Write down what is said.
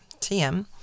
TM